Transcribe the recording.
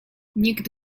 nikt